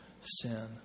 sin